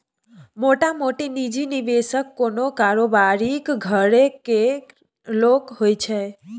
मोटामोटी निजी निबेशक कोनो कारोबारीक घरे केर लोक होइ छै